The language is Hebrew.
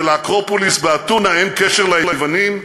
שלאקרופוליס באתונה אין קשר ליוונים?